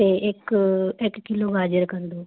ਅਤੇ ਇੱਕ ਇੱਕ ਕਿੱਲੋ ਗਾਜਰ ਕਰ ਦਿਓ